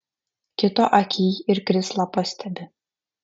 kito akyj ir krislą pastebi